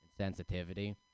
sensitivity